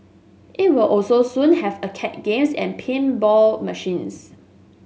it will also soon have arcade games and pinball machines